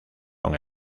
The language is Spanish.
con